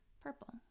purple